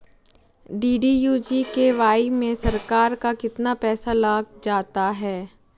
DDU GKY में सरकार का कितना पैसा लग जाता है?